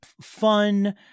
fun-